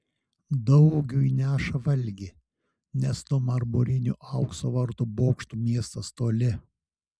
daugiui neša valgį nes nuo marmurinių aukso vartų bokštų miestas toli